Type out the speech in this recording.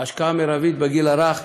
להשקעה מרבית בגיל הרך.